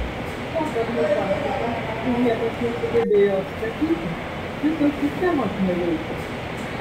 vakar nuhakino tai niekas nesugebėjo atstatyti visos sistemos neveikia